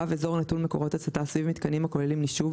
אזור נטול מקורות הצתה סביב מיתקנים הכוללים נישוב,